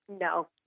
No